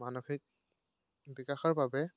মানসিক বিকাশৰ বাবে